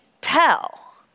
tell